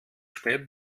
spät